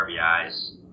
RBIs